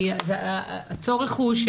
כי הצורך הוא,